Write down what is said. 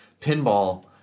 pinball